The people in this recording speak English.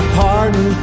pardon